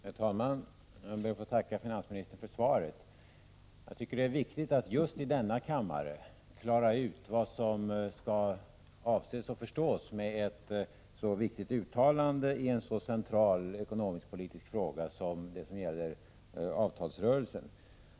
Herr talman! Jag ber att få tacka finansministern för svaret. Jag tycker att det är viktigt att just i denna kammare klara ut vad som skall avses och förstås med ett så viktigt uttalande i en så central ekonomisk-politisk fråga som det som gäller avtalsrörelsen.